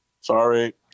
Sorry